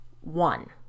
One